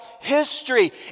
history